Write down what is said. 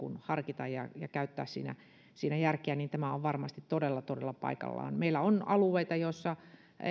harkita ja ja käyttää siinä siinä järkeä on varmasti todella todella paikallaan meillä on alueita joilla